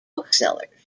booksellers